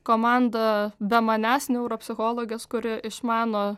komanda be manęs neuropsichologės kuri išmano